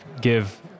give